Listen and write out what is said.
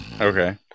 Okay